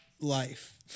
life